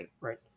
Right